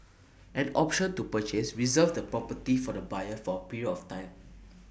an option to purchase reserves the property for the buyer for A period of time